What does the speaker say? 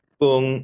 kung